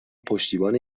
پشتیبان